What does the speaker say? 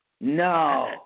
No